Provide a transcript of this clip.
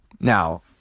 Now